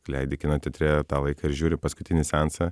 leidi kino teatre tą laiką ir žiūri paskutinį seansą